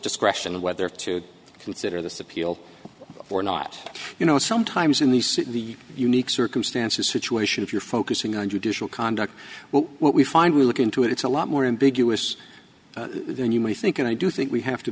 discretion of whether to consider this appeal or not you know sometimes in the city the unique circumstances situation if you're focusing on judicial conduct well what we find we look into it it's a lot more ambiguous than you may think and i do think we have to